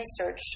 research